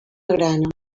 magrana